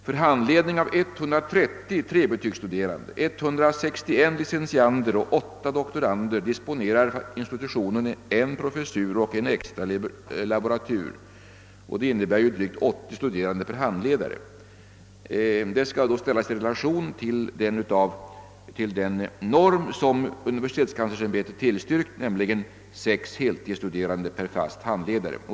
För handledning av 130 trebetygsstuderande, 161 licentiander och 8 doktorander disponerar institutionen 1 professur och 1 extra laboratur, vilken innebär drygt 80 studerande per handledare. Detta bör ställas i relation till den av universitetskanslersämbetet tillstyrkta normen, 6 heltidsstuderande per fast handledare.